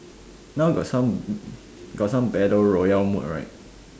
now got some got some battle royale mode right